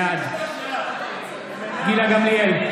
בעד גילה גמליאל,